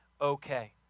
okay